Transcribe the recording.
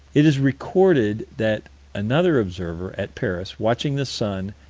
it is recorded that another observer, at paris, watching the sun,